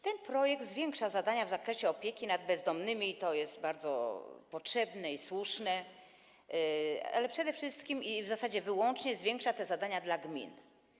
Ten projekt zwiększa zadania w zakresie opieki nad bezdomnymi, i to jest bardzo potrzebne i słuszne, ale przede wszystkim i w zasadzie wyłącznie zwiększa te zadania dla gmin.